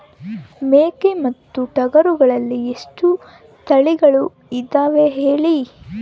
ಮೇಕೆ ಮತ್ತು ಟಗರುಗಳಲ್ಲಿ ಎಷ್ಟು ತಳಿಗಳು ಇದಾವ ಹೇಳಿ?